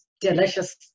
delicious